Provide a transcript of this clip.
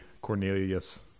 Cornelius